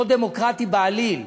זה לא דמוקרטי בעליל.